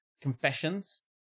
confessions